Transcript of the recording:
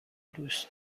دوست